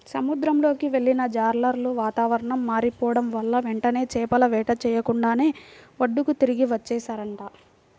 సముద్రంలోకి వెళ్ళిన జాలర్లు వాతావరణం మారిపోడం వల్ల వెంటనే చేపల వేట చెయ్యకుండానే ఒడ్డుకి తిరిగి వచ్చేశారంట